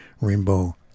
Rainbow